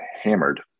hammered